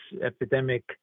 epidemic